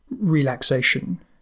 relaxation